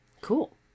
Cool